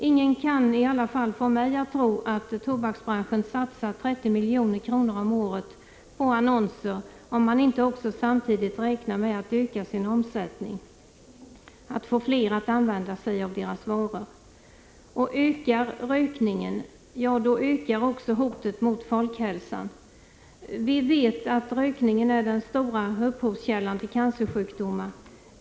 Ingen kan i alla fall få mig att tro att tobaksbranschen satsar 30 milj.kr. om året på annonser om man inte samtidigt räknar med att öka sin omsättning, få fler att använda sig av tobaksvaror. Ökar rökningen, ja, då ökar också hotet mot folkhälsan. Vi vet att rökningen är den stora upphovskällan till cancersjukdomar.